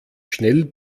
schnell